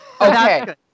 Okay